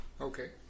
Okay